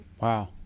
Wow